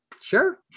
sure